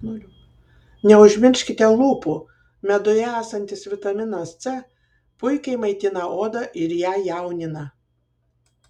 neužmirškite lūpų meduje esantis vitaminas c puikiai maitina odą ir ją jaunina